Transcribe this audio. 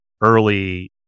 early